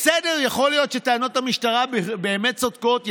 בסדר, יכול להיות שטענות המשטרה באמת צודקות.